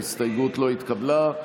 ההסתייגות לא התקבלה.